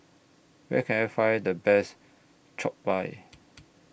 Where Can I Find The Best Jokbal